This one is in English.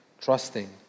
Trusting